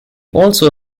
also